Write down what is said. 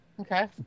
Okay